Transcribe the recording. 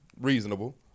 Reasonable